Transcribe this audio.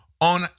on